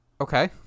Okay